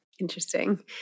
Interesting